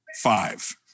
five